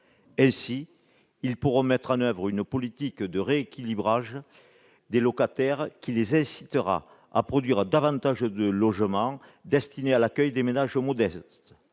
organismes pourront ainsi mettre en oeuvre une politique de rééquilibrage des locataires, qui les incitera à produire davantage de logements destinés à l'accueil des ménages modestes.